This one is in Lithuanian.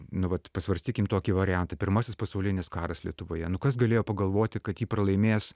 nu vat pasvarstykim tokį variantą pirmasis pasaulinis karas lietuvoje nu kas galėjo pagalvoti kad jį pralaimės